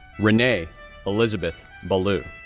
renee elisabeth ballou,